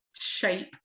shape